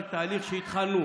זה תהליך שהתחלנו,